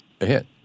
ahead